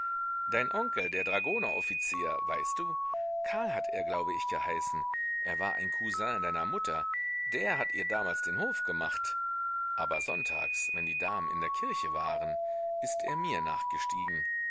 dein onkel der dragoneroffizier weißt du karl hat er glaube ich geheißen er war ein kousin deiner mutter der hat ihr damals den hof gemacht aber sonntags wenn die damen in der kirche waren ist er mir nachgestiegen